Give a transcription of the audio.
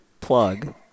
Plug